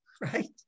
right